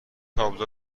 تابلو